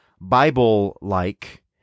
Bible-like